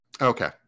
Okay